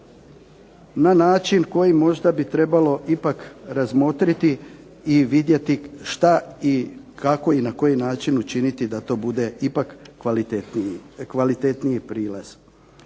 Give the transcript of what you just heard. na način koji možda bi trebalo ipak razmotriti i vidjeti što i kako na koji način učiniti da to bude ipak kvalitetniji prilaz.